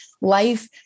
life